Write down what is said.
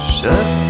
Shut